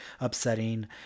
upsetting